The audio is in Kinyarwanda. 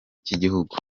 cy’igihugu